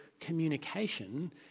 communication